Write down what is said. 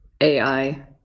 AI